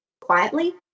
quietly